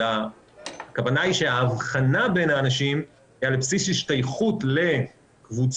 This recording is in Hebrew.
הכוונה היא שהאבחנה בין האנשים היא על בסיס השתייכות לקבוצה,